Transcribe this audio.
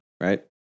right